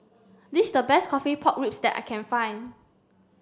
this is the best coffee pork ribs that I can find